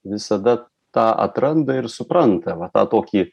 visada tą atranda ir supranta va tą tokį